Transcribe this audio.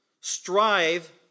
strive